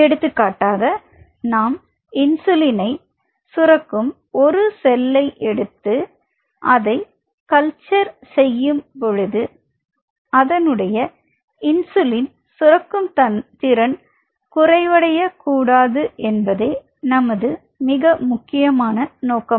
எடுத்துக்காட்டாக நாம் இன்சுலினை சுரக்கும் ஒரு செல்லை எடுத்து அதை கல்ச்சர் செய்யும் பொழுது அதனுடைய இன்சுலின் சுரக்கும் திறன் குறைவடைய கூடாது என்பதே நமது முக்கிய நோக்கம்